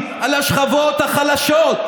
השדולות, שב.